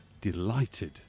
Delighted